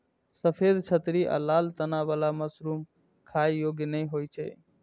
सफेद छतरी आ लाल तना बला मशरूम खाइ योग्य नै होइ छै